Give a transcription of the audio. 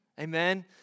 Amen